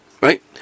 right